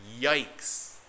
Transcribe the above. Yikes